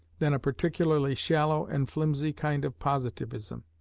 than a particularly shallow and flimsy kind of positivism.